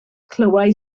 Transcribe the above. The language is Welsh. clywai